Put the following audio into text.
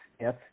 yes